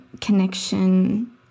connection